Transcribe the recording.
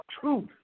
truth